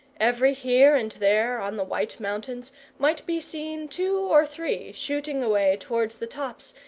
every here and there on the white mountains might be seen two or three shooting away towards the tops,